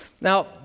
Now